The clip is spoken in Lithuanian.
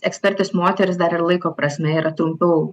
ekspertės moterys dar ir laiko prasme yra trumpiau